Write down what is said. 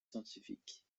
scientifique